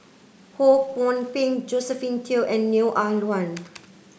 Ho Kwon Ping Josephine Teo and Neo Ah Luan